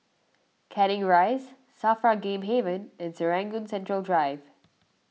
Canning Rise Safra Game Haven and Serangoon Central Drive